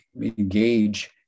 engage